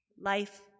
life